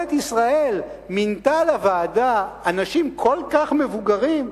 שממשלת ישראל מינתה לוועדה אנשים כל כך מבוגרים,